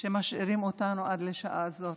שמשאירים אותנו עד לשעה זו.